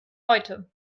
heute